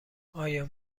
آیا